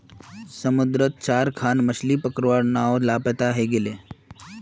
समुद्रत चार खन मछ्ली पकड़वार नाव लापता हई गेले